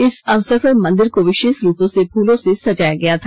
इस अवसर पर मंदिर को विशेष रूप से फूलों से सजाया गया था